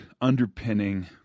underpinning